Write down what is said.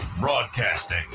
Broadcasting